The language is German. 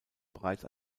bereits